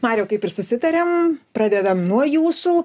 mariau kaip ir susitariam pradedam nuo jūsų